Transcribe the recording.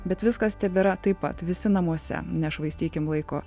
bet viskas tebėra taip pat visi namuose nešvaistykim laiko